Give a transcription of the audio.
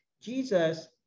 Jesus